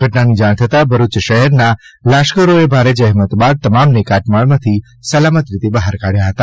ઘટનાની જાણ થતાં ભરુચ શહેરના લાશ્કરોએ ભારે જહેમત બાદ તમામને કાટમાળમાંથી સલામત રીતે બહાર કાઢ્યા હતા